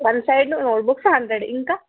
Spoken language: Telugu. one side note books hundred ఇంకా